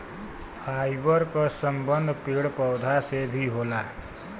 fibre क संबंध पेड़ पौधा से भी होला